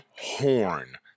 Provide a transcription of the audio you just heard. horn